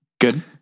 Good